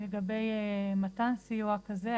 לגבי מתן סיוע כזה,